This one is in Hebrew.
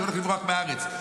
שהולך לברוח מהארץ.